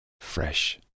fresh